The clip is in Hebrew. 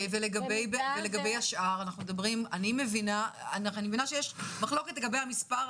אני מבינה שיש מחלוקת לגבי המספר,